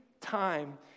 time